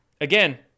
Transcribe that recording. Again